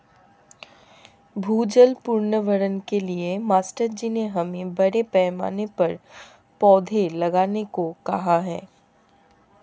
भूजल पुनर्भरण के लिए मास्टर जी ने हमें बड़े पैमाने पर पौधे लगाने को कहा है